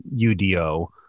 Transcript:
udo